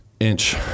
inch